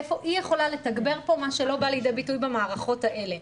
איפה היא יכלה לתגבר פה מה שלא בא לידי ביטוי במערכות האלה.